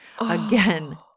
Again